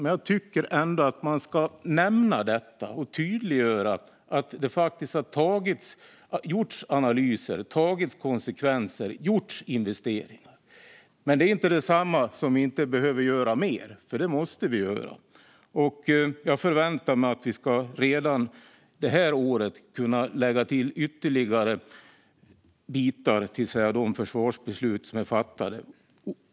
Men jag tycker ändå att man ska nämna detta och tydliggöra att det faktiskt har gjorts analyser, tagits konsekvenser och gjorts investeringar. Det är dock inte detsamma som att vi inte behöver göra mer. För det måste vi göra. Jag förväntar mig att vi redan det här året ska kunna lägga till ytterligare bitar till de försvarsbeslut som är fattade.